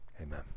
Amen